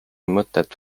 mõtet